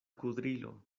kudrilo